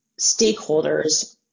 stakeholders